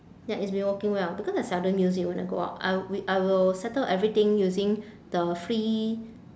ya it's been working well because I seldom use it when I go out I w~ I will settle everything using the free